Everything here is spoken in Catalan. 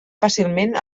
fàcilment